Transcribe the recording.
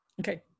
Okay